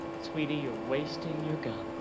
sweetie, you're wasting your gum.